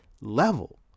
level